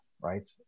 Right